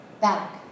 back